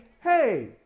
Hey